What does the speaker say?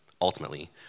ultimately